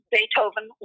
Beethoven